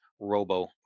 Robo